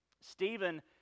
Stephen